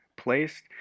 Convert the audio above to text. placed